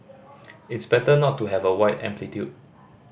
it's better not to have a wide amplitude